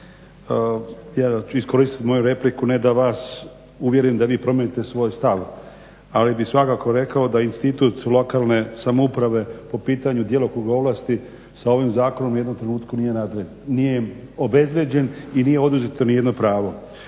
ja ću iskoristiti moju repliku ne da vas uvjerim da vi promijenite svoj stav, ali bih svakako rekao da institut lokalne samouprave po pitanju djelokruga ovlasti sa ovim zakonom u jednom trenutku nije obezvrijeđen i nije oduzeto niti jedno pravo.